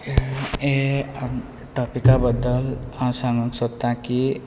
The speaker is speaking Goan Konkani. हे टॉपिका बद्दल हांव सांगूंक सोदतां की